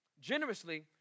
generously